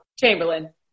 Chamberlain